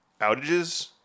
outages